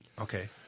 Okay